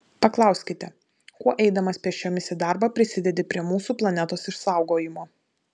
paklausite kuo eidamas pėsčiomis į darbą prisidedi prie mūsų planetos išsaugojimo